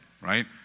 right